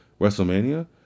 WrestleMania